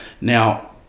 Now